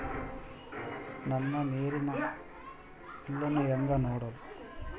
ನನ್ನ ನೇರಿನ ಬಿಲ್ಲನ್ನು ಹೆಂಗ ನೋಡದು?